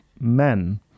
men